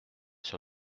sur